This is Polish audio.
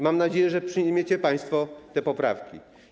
Mam nadzieję, że przyjmiecie państwo te poprawki.